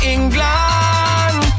England